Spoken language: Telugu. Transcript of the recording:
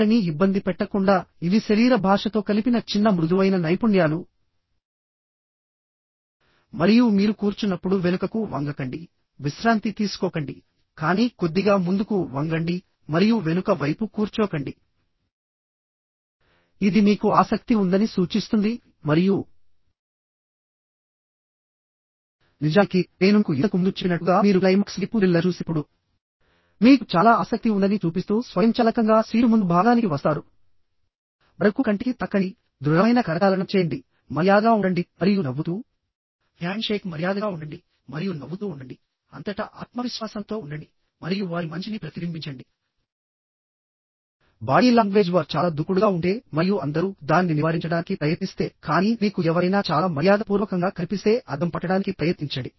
వారిని ఇబ్బంది పెట్టకుండా ఇవి శరీర భాషతో కలిపిన చిన్న మృదువైన నైపుణ్యాలు మరియు మీరు కూర్చున్నప్పుడు వెనుకకు వంగకండి విశ్రాంతి తీసుకోకండి కానీ కొద్దిగా ముందుకు వంగండి మరియు వెనుక వైపు కూర్చోకండి ఇది మీకు ఆసక్తి ఉందని సూచిస్తుంది మరియు నిజానికి నేను మీకు ఇంతకు ముందు చెప్పినట్లుగా మీరు క్లైమాక్స్ వైపు థ్రిల్లర్ చూసినప్పుడు మీకు చాలా ఆసక్తి ఉందని చూపిస్తూ స్వయంచాలకంగా సీటు ముందు భాగానికి వస్తారు వరకు కంటికి తాకండి దృఢమైన కరచాలనం చేయండి మర్యాదగా ఉండండి మరియు నవ్వుతూ హ్యాండ్షేక్ మర్యాదగా ఉండండి మరియు నవ్వుతూ ఉండండి అంతటా ఆత్మవిశ్వాసంతో ఉండండి మరియు వారి మంచిని ప్రతిబింబించండి బాడీ లాంగ్వేజ్ వారు చాలా దూకుడుగా ఉంటే మరియు అందరూ దానిని నివారించడానికి ప్రయత్నిస్తే కానీ మీకు ఎవరైనా చాలా మర్యాదపూర్వకంగా కనిపిస్తే అద్దం పట్టడానికి ప్రయత్నించండి